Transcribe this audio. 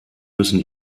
müssen